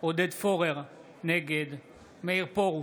עודד פורר, נגד מאיר פרוש,